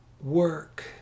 work